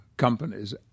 companies